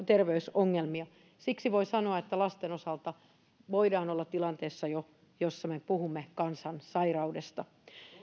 terveysongelmia siksi voi sanoa että lasten osalta voidaan olla tilanteessa jossa me puhumme kansansairaudesta